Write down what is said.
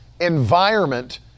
environment